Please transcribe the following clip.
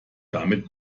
damit